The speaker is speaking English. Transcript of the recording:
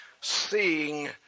seeing